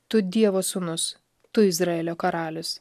tu dievo sūnus tu izraelio karalius